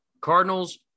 cardinals